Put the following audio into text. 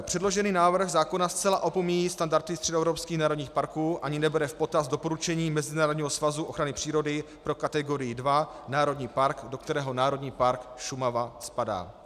Předložený návrh zákona zcela opomíjí standardy středoevropských národních parků ani nebere v potaz doporučení Mezinárodního svazu ochrany přírody pro kategorii II národní park, do kterého Národní park Šumava spadá.